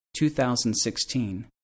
2016